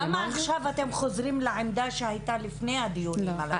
למה עכשיו אתם חוזרים לעמדה שהייתה לפני הדיונים?